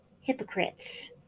hypocrites